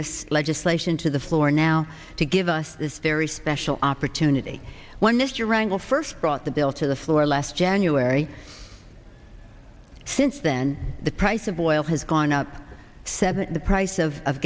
this legislation to the floor now to give us this very special opportunity when mr rangle first brought the bill to the floor last january since then the price of oil has gone up seven the price of